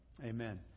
Amen